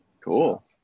Cool